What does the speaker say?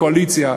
הקואליציה,